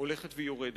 הולכת ויורדת.